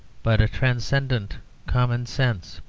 but a transcendent common-sense.